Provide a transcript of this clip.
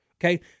okay